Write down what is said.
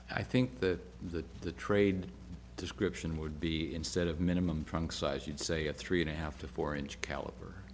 i think that the the trade description would be instead of minimum trunk size you'd say a three and a half to four inch caliber